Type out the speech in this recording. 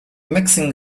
mixing